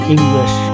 English